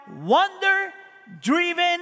wonder-driven